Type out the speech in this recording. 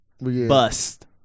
Bust